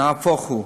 נהפוך הוא,